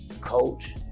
coach